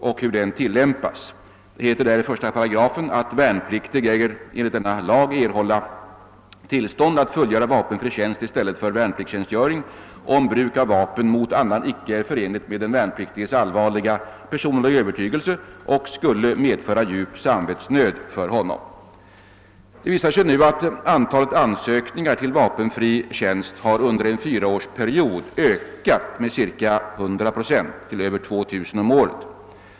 Det heter i lagens 1 § bl.a. följande: » Värnpliktig äger enligt denna lag erhålla tillstånd att fullgöra vapenfri tjänst i stället för värnpliktstjänstgöring, om bruk av vapen mot annan icke är förenligt med den värnpliktiges allvarliga personliga övertygelse och skulle medföra djup samvetsnöd för honom.» Det visar sig nu att antalet ansökningar till vapenfri tjänst under en fyraårsperiod ökat med ca 100 procent till över 2000 om året.